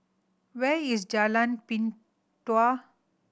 where is Jalan Pintau